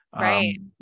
right